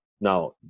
now